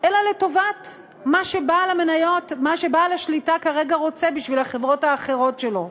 אלא לטובת מה שבעל השליטה כרגע רוצה בשביל החברות האחרות שלו.